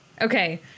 Okay